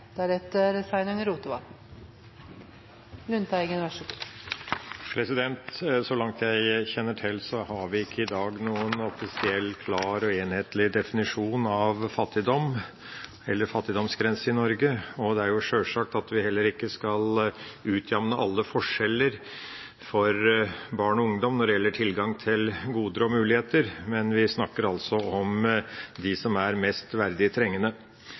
enhetlig definisjon av fattigdom eller fattigdomsgrense i Norge, og det er sjølsagt at vi heller ikke skal utjevne alle forskjeller for barn og ungdom når det gjelder tilgang til goder og muligheter. Men vi snakker altså om dem som er mest verdig trengende.